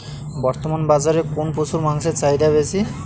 বর্তমান বাজারে কোন পশুর মাংসের চাহিদা বেশি?